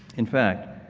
in fact,